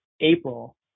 April